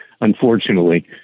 unfortunately